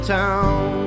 town